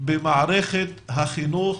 במערכת החינוך